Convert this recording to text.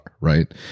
Right